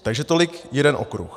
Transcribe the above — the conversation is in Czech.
Takže tolik jeden okruh.